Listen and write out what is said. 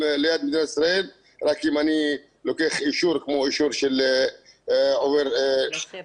רק אם אני לוקח אישור כמו אישור של עובר למשהו אחר.